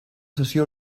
sessió